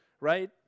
right